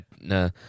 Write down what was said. No